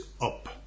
up